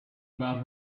about